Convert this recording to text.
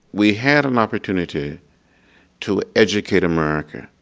we had an opportunity to educate america.